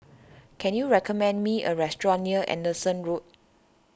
can you recommend me a restaurant near Anderson Road